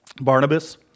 Barnabas